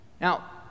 Now